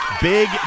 Big